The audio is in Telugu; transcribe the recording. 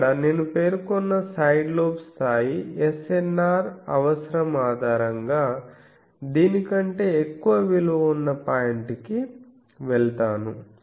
ఇక్కడ నేను పేర్కొన్న సైడ్ లోబ్ స్థాయి SNR అవసరం ఆధారంగా దీని కంటే ఎక్కువ విలువ ఉన్న పాయింట్కి వెళ్తాను